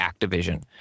Activision